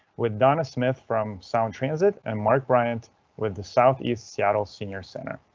with donna smith from sound transit and mark bryant with the southeast seattle senior center.